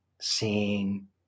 seeing